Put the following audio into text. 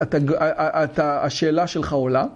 ‫ אתה, השאלה שלך עולה?